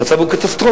המצב הוא קטסטרופה.